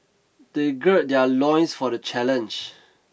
they gird their loins for the challenge